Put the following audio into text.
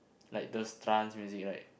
like those trance music right